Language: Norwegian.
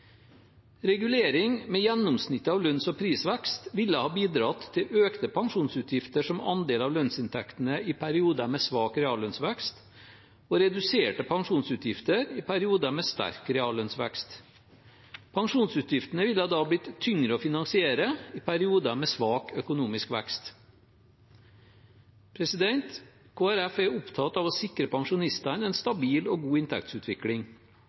Regulering med gjennomsnittet av lønns- og prisvekst ville ha bidratt til økte pensjonsutgifter som andel av lønnsinntektene i perioder med svak reallønnsvekst og reduserte pensjonsutgifter i perioder med sterk reallønnsvekst. Pensjonsutgiftene ville da blitt tyngre å finansiere i perioder med svak økonomisk vekst. Kristelig Folkeparti er opptatt av å sikre pensjonistene en stabil og god inntektsutvikling,